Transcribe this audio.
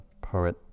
poet